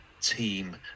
team